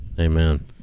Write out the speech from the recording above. Amen